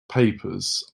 papers